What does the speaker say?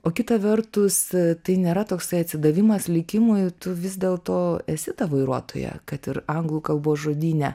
o kita vertus tai nėra toksai atsidavimas likimui tu vis dėl to esi ta vairuotoja kad ir anglų kalbos žodyne